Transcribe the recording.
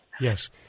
Yes